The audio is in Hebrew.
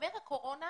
תיגמר הקורונה